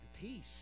peace